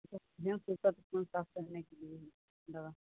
मतलब हेमपुष्पा तो खून साफ करने के लिये है दवा